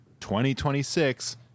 2026